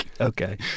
Okay